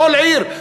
בכל עיר,